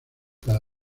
cada